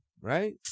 right